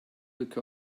look